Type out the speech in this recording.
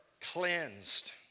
cleansed